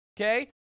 Okay